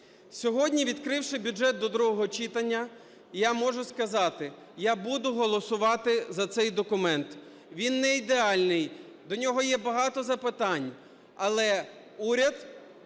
Сьогодні, відкривши бюджет до другого читання, я можу сказати: я буду голосувати за цей документ. Він не ідеальний, до нього є багато запитань, але уряд